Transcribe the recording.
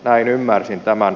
näin ymmärsin tämän